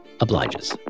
obliges